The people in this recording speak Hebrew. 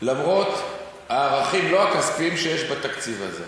למרות הערכים, לא הכספיים, שיש בתקציב הזה,